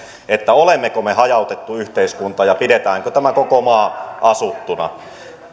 olemmeko me hajautettu yhteiskunta ja pidetäänkö tämä koko maa asuttuna